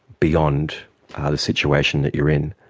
beyond ah the situation that you are in,